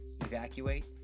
evacuate